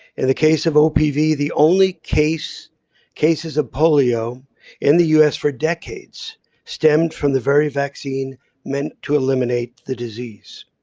in the case of ah opv the only case cases of polio in the us for decades stemmed from the very vaccine meant to eliminate the disease.